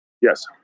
Yes